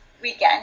weekend